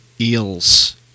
eels